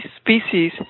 species